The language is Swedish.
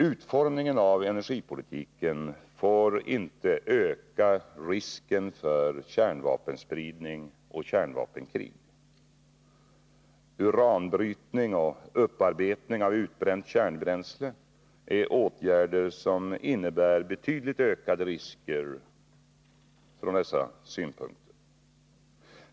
Utformningen av energipolitiken får inte öka risken för kärnvapenspridning och kärnvapenkrig. Uranbrytning och upparbetning av utbränt kärnbränsle är åtgärder som innebär betydligt ökade risker från dessa synpunkter.